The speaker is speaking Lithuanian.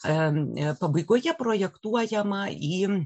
pabaigoje projektuojama į